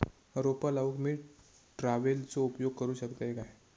रोपा लाऊक मी ट्रावेलचो उपयोग करू शकतय काय?